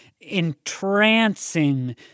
entrancing